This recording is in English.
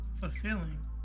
Fulfilling